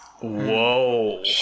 Whoa